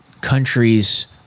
countries